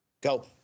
Go